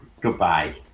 Goodbye